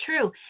true